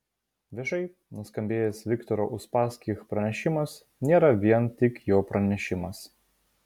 viešai nuskambėjęs viktoro uspaskich pranešimas nėra vien tik jo pranešimas